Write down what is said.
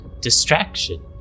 distraction